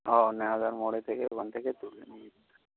ও নাহলে মোড়ের থেকে ওখান থেকে তুলে নিয়ে যেতে হবে